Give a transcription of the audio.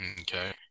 Okay